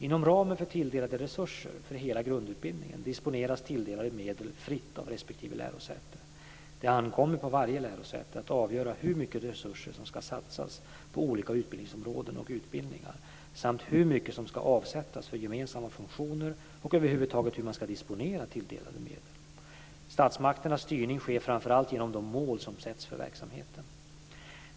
Inom ramen för tilldelade resurser för hela grundutbildningen disponeras tilldelade medel fritt av respektive lärosäte. Det ankommer på varje lärosäte att avgöra hur mycket resurser som ska satsas på olika utbildningsområden och utbildningar samt hur mycket som ska avsättas för gemensamma funktioner och över huvud taget hur man ska disponera tilldelade medel. Statsmakternas styrning sker framför allt genom de mål som sätts för verksamheten.